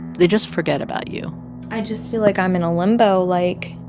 they just forget about you i just feel like i'm in a limbo. like,